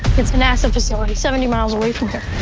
it's a nasa facility seventy miles away from here.